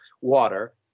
water